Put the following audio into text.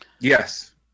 Yes